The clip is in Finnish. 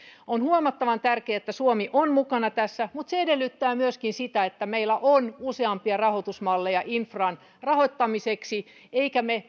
on huomattavan tärkeää että suomi on mukana tässä mutta se edellyttää myöskin sitä että meillä on useampia rahoitusmalleja infran rahoittamiseksi emme me